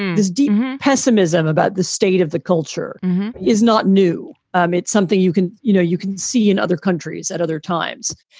there's deep pessimism about the state of the culture is not new. um it's something you can you know, you can see in other countries at other times.